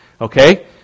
Okay